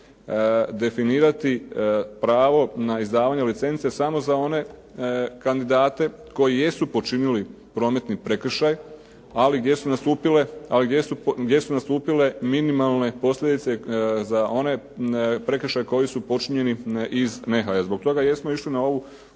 definirati pravo na izdavanje licence samo za one kandidate koji jesu počinili prometni prekršaj, ali gdje su nastupile, ali gdje su nastupile minimalne posljedice za one prekršaje koji su počinjeni iz nehaja. Zbog toga jesmo išli na ovu